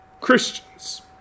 Christians